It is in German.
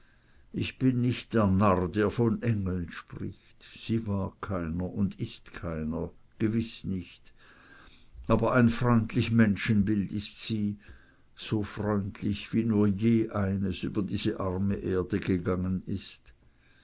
ich bin nicht der narr der von engeln spricht sie war keiner und ist keiner gewiß nicht aber ein freundlich menschenbild ist sie so freundlich wie nur je eines über diese arme erde gegangen ist